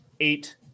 eight